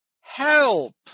help